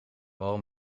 paul